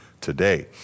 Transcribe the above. today